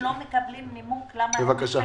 בבקשה.